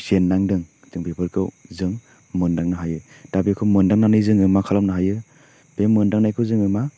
जेन्नांदों जोंं बेफोरखौ जों मोनदांनो हायो दा बेखौ मोनदांनानै जोङो मा खालामनो हायो बे मोन्दांनायखौ जोङो मा